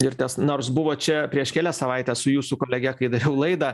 ir nors buvo čia prieš kelias savaites su jūsų kolege kai dariau laidą